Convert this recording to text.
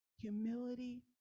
humility